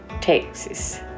Texas